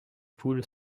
poule